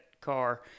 car